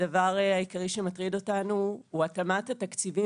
הדבר העיקרי שמטריד אותנו הוא התאמת התקציבית